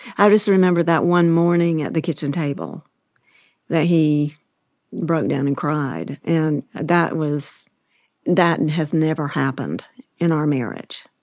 i just remember that one morning at the kitchen table that he broke down and cried. and that was that and has never happened in our marriage,